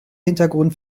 hintergrund